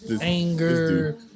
anger